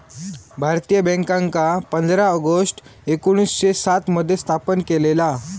भारतीय बॅन्कांका पंधरा ऑगस्ट एकोणीसशे सात मध्ये स्थापन केलेला